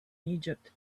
egypt